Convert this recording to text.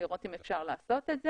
לראות אם אפשר לעשות את זה.